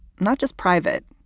not just private.